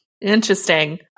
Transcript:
Interesting